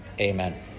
amen